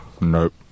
Nope